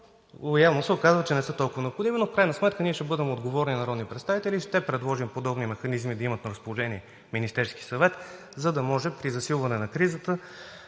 Явно се оказа, че не са толкова необходими, но в крайна сметка ние ще бъдем отговорни народни представители и ще предложим подобни механизми да имат на разположение в Министерския съвет, за да може при засилване на кризата,